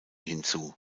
hinzu